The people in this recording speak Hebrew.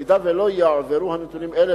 אם לא יועברו נתונים אלה,